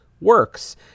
works